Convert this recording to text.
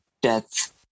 death